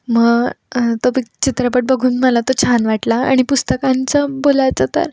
मग तो प चित्रपट बघून मला तो छान वाटला आणि पुस्तकांचं बोलायचं तर